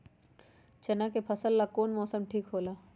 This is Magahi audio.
चाना के फसल ला कौन मौसम ठीक होला?